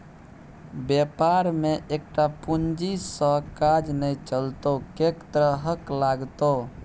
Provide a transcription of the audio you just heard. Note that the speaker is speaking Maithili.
बेपार मे एकटा पूंजी सँ काज नै चलतौ कैक तरहक लागतौ